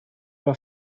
war